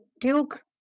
Duke